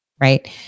Right